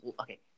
Okay